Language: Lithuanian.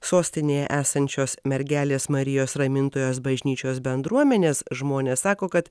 sostinėje esančios mergelės marijos ramintojos bažnyčios bendruomenės žmonės sako kad